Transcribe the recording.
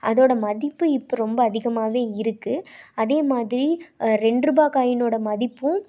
அதோடய மதிப்பு இப்போ ரொம்ப அதிகமாகவே இருக்குது அதே மாதிரி ரெண்டுருபா காயினோட மதிப்பும்